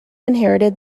inherited